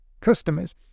customers